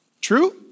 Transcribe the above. True